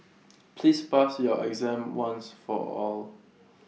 please pass your exam once for all